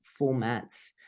formats